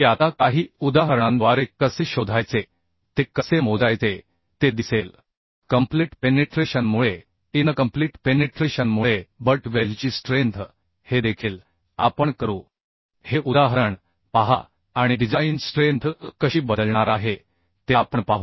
आता काही उदाहरणांद्वारे कसे शोधायचे ते कसे मोजायचे ते दिसेल कंप्लिट पेनिट्रेशन मुळे इनकम्प्लीट पेनिट्रेशन मुळे बट वेल्डची स्ट्रेंथ हे देखील आपण करू हे उदाहरण पहा आणि डिजाइन स्ट्रेंथ कशी बदलणार आहे ते आपण पाहू